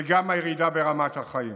וגם הירידה ברמת החיים.